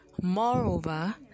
moreover